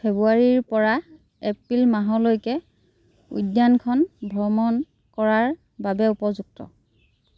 ফেব্ৰুৱাৰীৰপৰা April মাহলৈকে উদ্যানখন ভ্ৰমণ কৰাৰ বাবে উপযুক্ত